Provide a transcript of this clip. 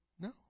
No